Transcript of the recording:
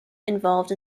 involved